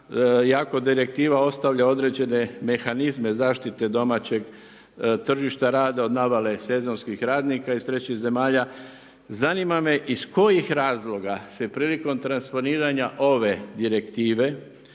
jako direktiva ostavlja određene mehanizme zaštite domaćeg tržišta rada od navale sezonskih radnika iz trećih zemalja, zanima me iz kojih razloga se prilikom transformiranja ove direktive